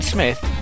Smith